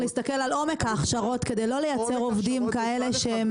צריך להסתכל על עומק ההכשרות כדי לא לייצר עובדים כאלה שהם